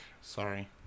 sorry